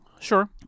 Sure